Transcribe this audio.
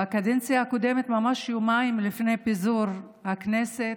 בקדנציה הקודמת, יומיים לפני פיזור הכנסת,